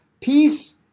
peace